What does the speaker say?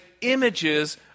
images